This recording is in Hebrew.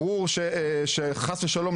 ברור שחס ושלום,